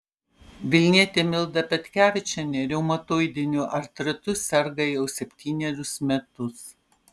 vilnietė milda petkevičienė reumatoidiniu artritu serga jau septynerius metus